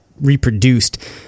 reproduced